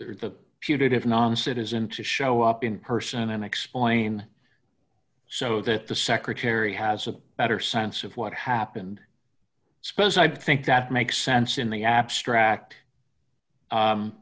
citizen the putative non citizen to show up in person and explain so that the secretary has a better sense of what happened suppose i think that makes sense in the abstract